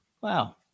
Wow